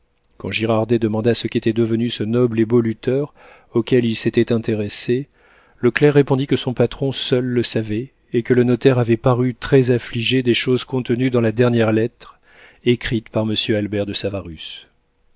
quand girardet demanda ce qu'était devenu ce noble et beau lutteur auquel il s'était intéressé le clerc répondit que son patron seul le savait et que le notaire avait paru très affligé des choses contenues dans la dernière lettre écrite par monsieur albert de savarus en